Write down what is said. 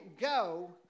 go